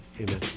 Amen